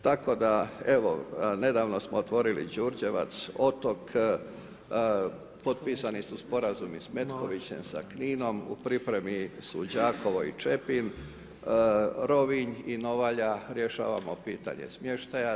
Tako da, evo, nedavno smo otvorili Đurđevac, Otok, potpisani su sporazumi s Metkovićem, sa Kninom, u pripremi su Đakovo i Čepin, Rovinj i Novalja, rješavamo pitanje smještaja.